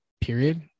period